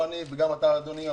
לא אני ולא אתה אדוני מעפולה,